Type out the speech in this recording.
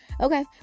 Okay